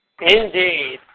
Indeed